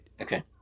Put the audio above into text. Okay